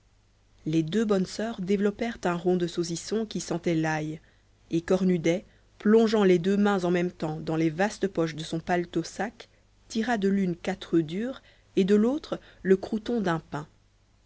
les deux bonnes soeurs développèrent un rond de saucisson qui sentait l'ail et cornudet plongeant les deux mains en même temps dans les vastes poches de son paletot sac tira de l'une quatre oeufs durs et de l'autre le croûton d'un pain